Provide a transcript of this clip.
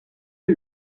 que